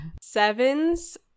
Sevens